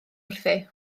wrthi